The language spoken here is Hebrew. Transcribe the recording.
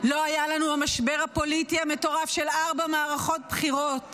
לא היה לנו המשבר הפוליטי המטורף של ארבע מערכות בחירות,